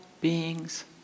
beings